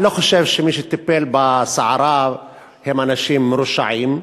אני לא חושב שמי שטיפלו בסערה הם אנשים מרושעים,